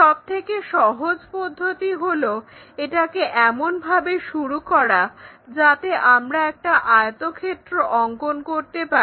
সবথেকে সহজ পদ্ধতি হলো এটাকে এমনভাবে শুরু করা যাতে আমরা একটা আয়তক্ষেত্র অঙ্কন করতে পারি